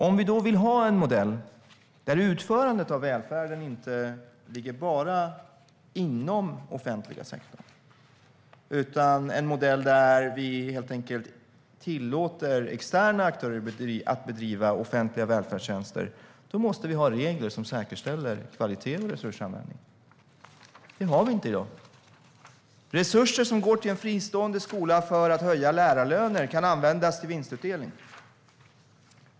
Om vi vill ha en modell där utförandet av välfärden inte bara ligger inom offentliga sektorn utan en modell där vi tillåter externa aktörer att bedriva offentliga välfärdstjänster måste vi ha regler som säkerställer kvalitet och resursanvändning. Det har vi inte i dag. Resurser som går till en fristående skola för att höja lärarlöner kan användas till vinstutdelning.